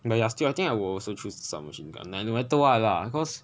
but ya still I think I will also choose sub machine gun like no matter what lah cause